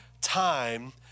time